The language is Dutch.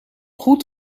goed